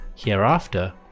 hereafter